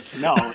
No